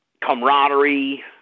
camaraderie